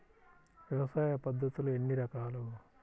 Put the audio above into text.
వ్యవసాయ పద్ధతులు ఎన్ని రకాలు?